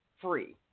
free